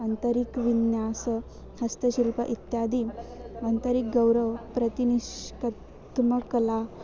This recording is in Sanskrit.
आन्तरिकं विन्यासः हस्तशिल्पम् इत्यादि आन्तरिकं गौरवं प्रतिनिष्कर्मकला